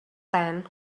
tent